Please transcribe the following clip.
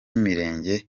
mirenge